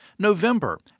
November